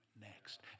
next